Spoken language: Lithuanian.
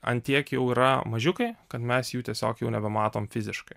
ant tiek jau yra mažiukai kad mes jų tiesiog jau nebematom fiziškai